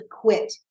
quit